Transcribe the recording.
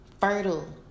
fertile